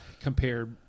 compare